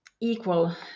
equal